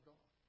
God